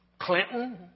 Clinton